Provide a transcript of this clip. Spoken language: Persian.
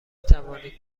توانید